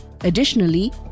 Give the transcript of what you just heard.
Additionally